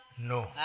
No